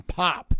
pop